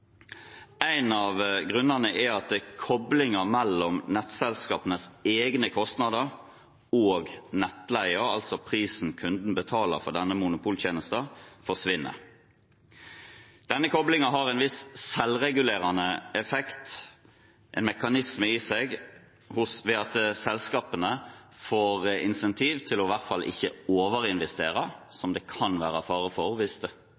En av grunnene er at koblingen mellom nettselskapenes egne kostnader og nettleie, altså prisen kunden betaler for denne monopoltjenesten, forsvinner. Denne koblingen har en viss selvregulerende effekt, en mekanisme i seg, ved at selskapene får incentiv til i hvert fall ikke å overinvestere, som det kan være fare for hvis